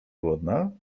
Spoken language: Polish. głodna